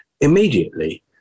Immediately